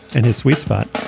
and his sweetspot.